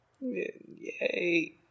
Yay